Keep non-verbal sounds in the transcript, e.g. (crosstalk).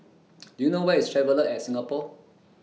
(noise) Do YOU know Where IS Traveller At Singapore